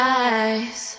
eyes